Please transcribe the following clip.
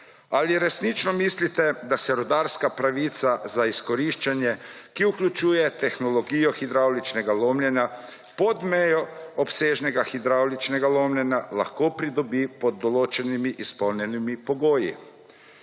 Ali resnično mislite, da se rudarska pravica za izkoriščanje, ki vključuje tehnologijo hidravličnega lomljenja pod mejo obsežnega hidravličnega lomljenja lahko pridobi pod določenimi izpolnjenimi pogoji?